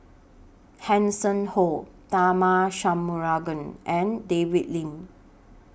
Hanson Ho Tharman Shanmugaratnam and David Lim